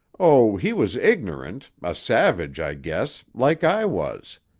oh, he was ignorant, a savage, i guess, like i was.